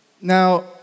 Now